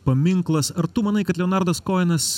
paminklas ar tu manai kad leonardas koenas